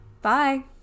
Bye